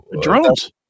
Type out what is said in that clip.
drones